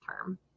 term